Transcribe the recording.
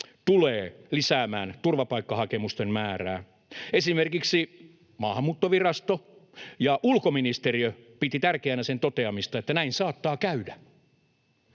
tulee lisäämään turvapaikkahakemusten määrää. Esimerkiksi Maahanmuuttovirasto ja ulkoministeriö pitivät tärkeänä sen toteamista, että näin saattaa käydä.